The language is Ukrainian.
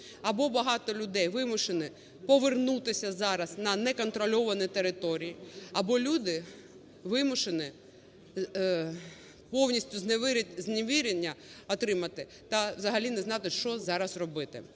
Або багато людей вимушені повернутися зараз на неконтрольовані території, або люди вимушені повністю зневірення отримати та взагалі не знати, що зараз робити.